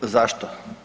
Zašto?